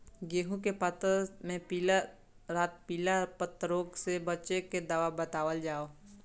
गेहूँ के पता मे पिला रातपिला पतारोग से बचें के दवा बतावल जाव?